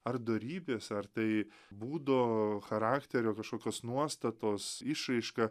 ar dorybės ar tai būdo charakterio kašokios nuostatos išraiška